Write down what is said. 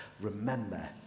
Remember